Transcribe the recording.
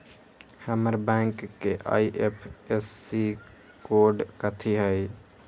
हमर बैंक के IFSC code कथि हई?